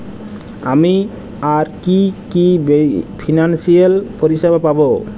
আমি আর কি কি ফিনান্সসিয়াল পরিষেবা পাব?